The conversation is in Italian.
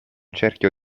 cerchio